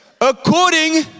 According